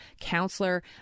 counselor